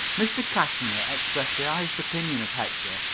mr. cashmere expressed the highest opinion of hector,